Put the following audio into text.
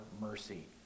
mercy